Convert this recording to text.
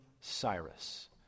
Cyrus